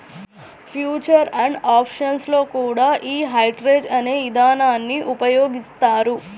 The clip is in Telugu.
ఫ్యూచర్ అండ్ ఆప్షన్స్ లో కూడా యీ హెడ్జ్ అనే ఇదానాన్ని ఉపయోగిత్తారు